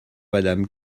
madame